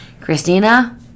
Christina